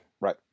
Right